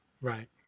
Right